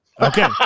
Okay